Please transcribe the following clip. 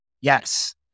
Yes